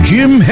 Jim